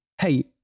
Hey